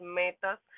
metas